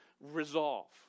resolve